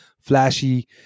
flashy